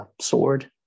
Sword